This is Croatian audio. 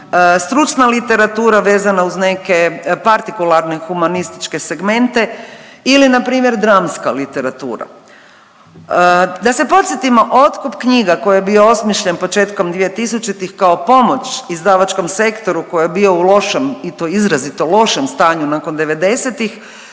stručna literatura vezana uz neke partikularne humanističke segmente ili npr. dramska literatura. Da se podsjetimo otkup knjiga koji je bio osmišljen početkom 2000-itih kao pomoć izdavačkom sektoru koji je bio u lošem i to izrazito lošem stanju nakon